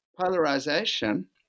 polarization